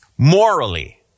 Morally